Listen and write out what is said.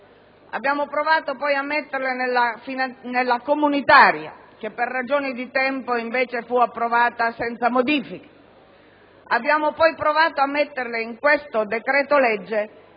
abbiamo tentato di collocarle nella legge comunitaria, che per ragioni di tempo fu invece approvata senza modifiche; abbiamo poi provato a metterle in questo decreto-legge,